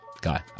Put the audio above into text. guy